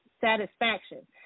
satisfaction